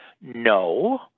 No